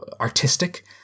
artistic